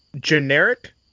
generic